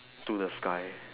to the sky